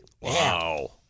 Wow